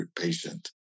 patient